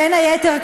בין היתר,